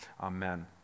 Amen